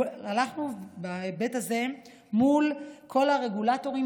הלכנו בהיבט הזה מול כל הרגולטורים